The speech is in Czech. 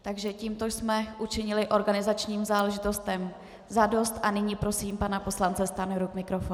Takže tímto jsme učinili organizačním záležitostem za dost a nyní prosím pana poslance Stanjuru k mikrofonu.